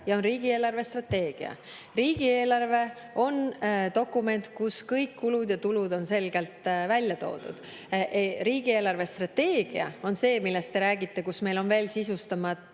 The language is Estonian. ja on riigi eelarvestrateegia. Riigieelarve on dokument, kus kõik kulud ja tulud on selgelt välja toodud. Riigi eelarvestrateegia on see, millest te räägite. Seal on meil veel sisustamata